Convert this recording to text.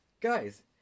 guys